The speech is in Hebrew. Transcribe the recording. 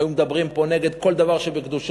היו מדברים פה נגד כל דבר שבקדושה,